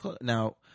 Now